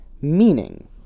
meaning